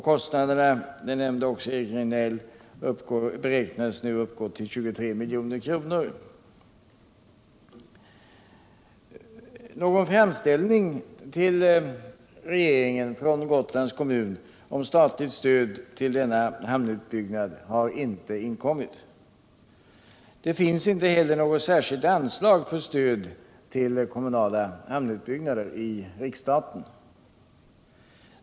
Kostnaderna — det nämnde också Eric Rejdnell — beräknas uppgå till 23 milj.kr. Någon framställning till regeringen från Gotlands kommun om statligt stöd till denna hamnutbyggnad har inte inkommit. Det finns inte heller något särskilt anslag för stöd till kommunala hamnutbyggnader i riksstaten.